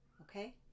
Okay